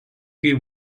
kai